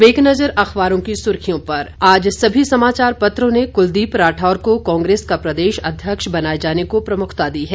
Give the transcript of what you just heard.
अब एक नज़र अखबारों की सुर्खियों पर आज सभी समाचार पत्रों ने कुलदीप राठौर को कांग्रेस का प्रदेश अध्यक्ष बनाए जाने को प्रमुखता दी है